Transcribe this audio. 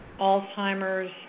Alzheimer's